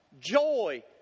joy